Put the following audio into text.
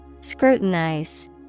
Scrutinize